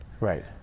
Right